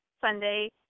Sunday